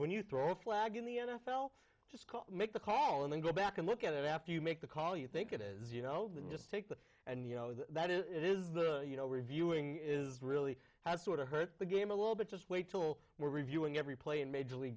when you throw a flag in the n f l just make the call and then go back and look at it after you make the call you think it is you know just take that and you know that it is the you know reviewing is really has sort of hurt the game a little bit just wait till we're reviewing every play in major league